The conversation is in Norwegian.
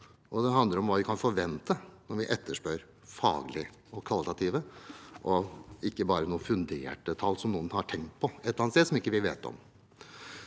det handler om hva vi kan forvente når vi etterspør faglige og kvalitative tall, ikke bare noen funderte tall som noen har tenkt på et eller annet sted, og som vi ikke vet om.